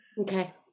okay